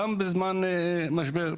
גם בזמן משבר.